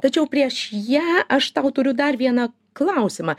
tačiau prieš ją aš tau turiu dar vieną klausimą